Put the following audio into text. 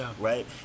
right